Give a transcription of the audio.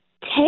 take